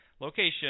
location